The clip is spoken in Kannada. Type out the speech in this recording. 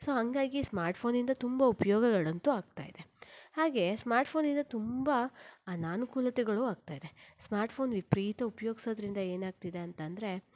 ಸೋ ಹಾಗಾಗಿ ಸ್ಮಾರ್ಟ್ ಫೋನಿಂದ ತುಂಬ ಉಪಯೋಗಗಳಂತೂ ಆಗ್ತಾ ಇದೆ ಹಾಗೇ ಸ್ಮಾರ್ಟ್ ಫೋನಿಂದ ತುಂಬ ಅನನುಕೂಲತೆಗಳೂ ಆಗ್ತಾ ಇದೆ ಸ್ಮಾರ್ಟ್ ಫೋನ್ ವಿಪರೀತ ಉಪಯೋಗಿಸೋದ್ರಿಂದ ಏನಾಗ್ತಿದೆ ಅಂತಂದರೆ